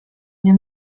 nie